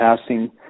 passing